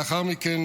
לאחר מכן,